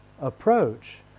approach